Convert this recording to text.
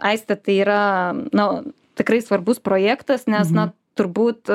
aiste tai yra nu tikrai svarbus projektas nes na turbūt